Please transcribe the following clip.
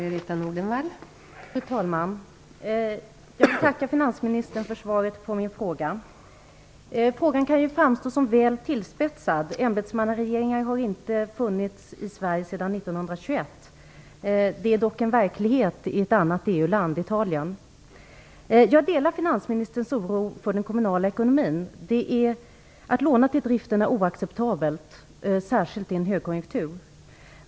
Fru talman! Jag tackar finansministern för svaret på min fråga. Frågan kan framstå som väl tillspetsad. Ämbetsmannaregeringar har inte funnits i Sverige sedan 1921. Det är dock en verklighet i ett annat EU Jag delar finansministerns oro för den kommunala ekonomin. Att låna till driften är oacceptabelt, särskilt i en högkonjunktur.